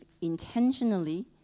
intentionally